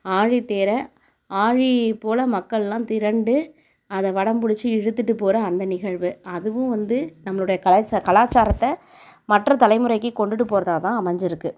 ஆழித்தேரை ஆழிப்போல் மக்களெலாம் திரண்டு அதை வடம் பிடுச்சி இழுத்துகிட்டு போகிற அந்த நிகழ்வு அதுவும் வந்து நம்மளுடைய கலைசாரத்தை கலாச்சாரத்தை மற்ற தலைமுறைக்கு கொண்டுவிட்டு போகிறதாதான் அமைஞ்சுருக்கு